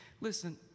Listen